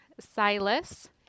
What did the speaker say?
Silas